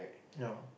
no